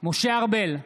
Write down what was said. משה ארבל,